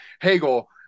Hegel